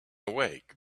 awake